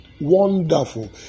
wonderful